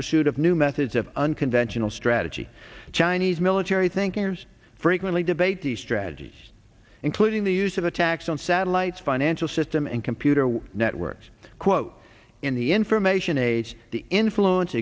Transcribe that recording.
pursuit of new methods of unconventional strategy chinese military thinking and frequently debate the strategies including the use of attacks on satellites financial system and computer networks quote in the information age the influence